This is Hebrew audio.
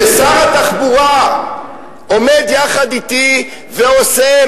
ששר התחבורה עומד יחד אתי ועושה,